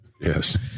Yes